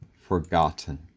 forgotten